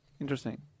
interesting